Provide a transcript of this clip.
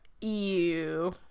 Ew